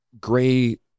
gray